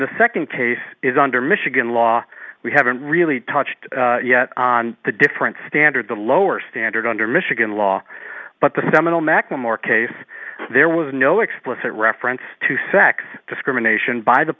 the second case is under michigan law we haven't really touched on the different standard the lower standard under michigan law but the seminal macklemore case there was no explicit reference to sex discrimination by the